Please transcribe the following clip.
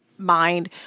mind